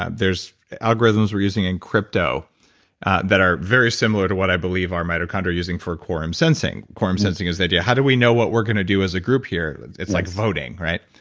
ah there's algorithms we're using in crypto that are very similar to what i believe are mitochondria using for quorum sensing. quorum sensing is the idea, how do we know what we're going to do as a group here? it's like voting